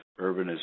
urbanization